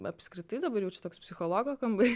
apskritai dabar jaučiu toks psichologo kambarys